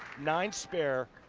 nine spare,